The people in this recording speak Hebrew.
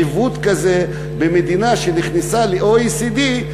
עיוות כזה במדינה שנכנסה ל-OECD,